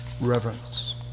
reverence